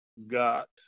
got